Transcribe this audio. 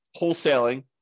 wholesaling